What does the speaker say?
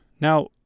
Now